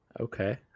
okay